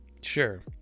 Sure